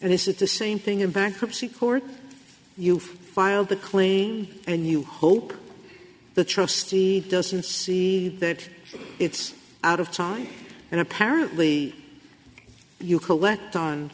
and this is the same thing in bankruptcy court you filed the claim and you hope the trustee doesn't see that it's out of time and apparently you collect on